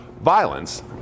Violence